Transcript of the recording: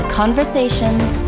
conversations